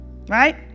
right